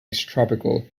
extratropical